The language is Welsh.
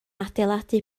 adeiladu